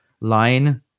line